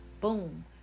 boom